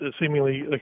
seemingly